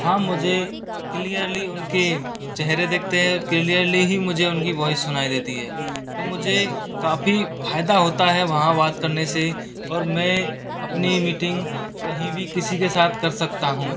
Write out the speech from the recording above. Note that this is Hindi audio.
वहाँ मुझे क्लियरली उनके चेहरे दिखते है क्लियरली ही मुझे उनकी वॉइस सुनाई देती है तो मुझे काफ़ी फायदा होता है वहाँ बात से और मैं अपनी मीटिंग कहीं भी किसी के साथ कर सकता हूँ